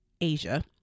Asia